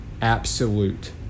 absolute